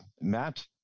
Matt